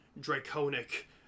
draconic